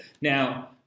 Now